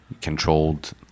controlled